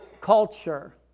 culture